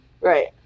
Right